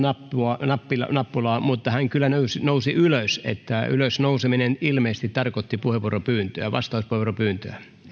nappulaa mutta hän kyllä nousi ylös ja ylös nouseminen ilmeisesti tarkoitti puheenvuoropyyntöä vastauspuheenvuoropyyntöä